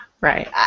Right